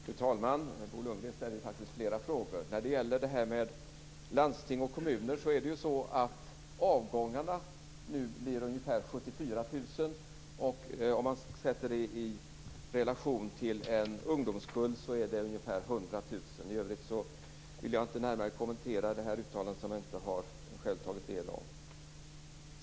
Fru talman! Bo Lundgren ställer faktiskt flera frågor. När det gäller det här med landsting och kommuner är det ju så att avgångarna nu blir ungefär 74 000. Om man sätter det i relation till en ungdomskull så är det ungefär 100 000. I övrigt vill jag inte närmare kommentera det här uttalandet som jag inte själv har tagit del av.